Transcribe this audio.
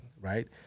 right